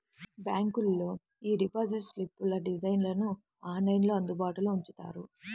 బ్యాంకులోళ్ళు యీ డిపాజిట్ స్లిప్పుల డిజైన్లను ఆన్లైన్లో అందుబాటులో ఉంచుతారు